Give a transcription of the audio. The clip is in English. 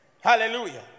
Hallelujah